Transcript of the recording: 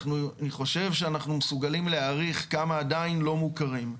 אני חושב שאנחנו מסוגלים להעריך כמה עדיין לא מוכרים.